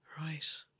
Right